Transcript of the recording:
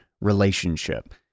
relationship